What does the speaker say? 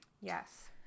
yes